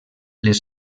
les